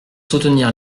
soutenir